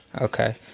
Okay